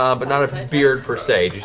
um but not a beard per se.